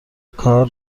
کار